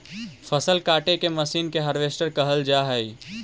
फसल काटे के मशीन के हार्वेस्टर कहल जा हई